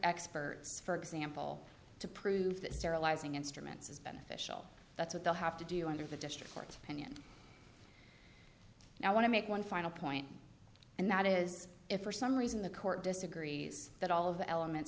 experts for example to prove that sterilizing instruments is beneficial that's what they'll have to do under the district court's opinion and i want to make one final point and that is if for some reason the court disagrees that all of the element